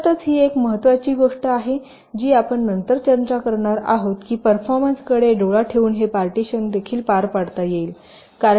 अर्थातच ही आणखी एक महत्त्वाची गोष्ट आहे जी आपण नंतर चर्चा करणार आहोत की परफॉर्मन्सकडे डोळा ठेवून हे पार्टीशीयन देखील पार पाडता येईल